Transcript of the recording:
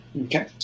Okay